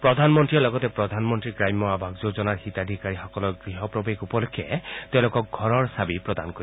প্ৰধানমন্ত্ৰীয়ে লগতে প্ৰধানমন্ত্ৰী গ্ৰাম্য আৱাস যোজনাৰ হিতাধিকাৰীসকলৰ গৃহ প্ৰৱেশ উপলক্ষে তেওঁলোকক ঘৰৰ ছাবি প্ৰদান কৰিব